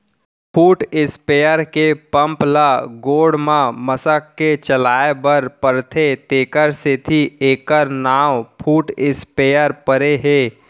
foot sprayer के pump ल गोड़ म मसक के चलाए बर परथे तेकर सेती एकर नांव फुट स्पेयर परे हे